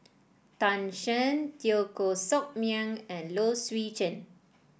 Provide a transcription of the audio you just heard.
Tan Shen Teo Koh Sock Miang and Low Swee Chen